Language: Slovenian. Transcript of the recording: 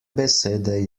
besede